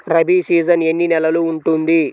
Rabi season ఎన్ని నెలలు ఉంటుంది?